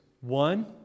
One